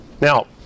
Now